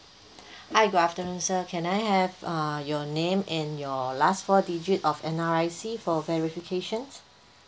hi good afternoon sir can I have uh your name and your last four digit of N_R_I_C for verification